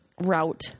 route